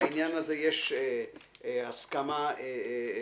בעניין הזה יש הסכמה גדולה.